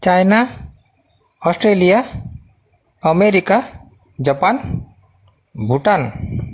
China Australia America Japan Bhutan